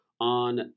On